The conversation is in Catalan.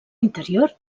interior